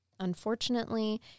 Unfortunately